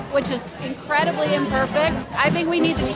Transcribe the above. which is incredibly imperfect. i think we need